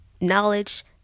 knowledge